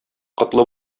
котлы